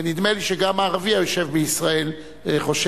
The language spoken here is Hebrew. ונדמה לי שגם הערבי היושב בישראל חושב